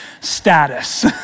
status